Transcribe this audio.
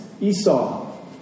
Esau